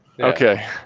Okay